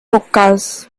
hookahs